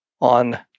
on